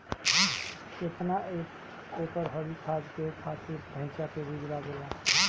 केतना एक एकड़ हरी खाद के खातिर ढैचा के बीज लागेला?